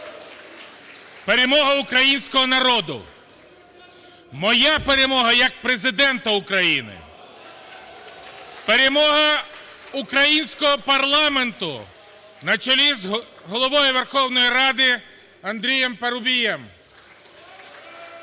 перемога українського народу, моя перемога як Президента України, перемога українського парламенту на чолі з Головою Верховної Ради Андрієм Парубієм,